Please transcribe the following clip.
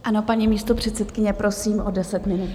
Ano, paní místopředsedkyně, prosím o deset minut.